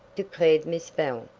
declared miss bell.